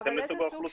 בהתאם לסוג האוכלוסייה.